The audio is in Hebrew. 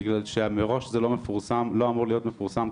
מכיוון שמראש הוא לא יפורסם כמונגש.